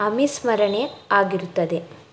ಅವಿಸ್ಮರಣೆ ಆಗಿರುತ್ತದೆ